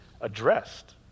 addressed